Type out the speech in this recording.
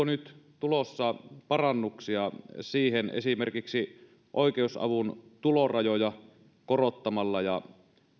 nyt tulossa parannuksia siihen esimerkiksi oikeusavun tulorajoja korottamalla ja